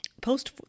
post